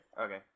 Okay